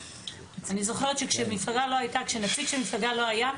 הסתייגויות 2 עד 8. אני זוכרת שכאשר נציג של מפלגה לא היה,